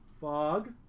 Fog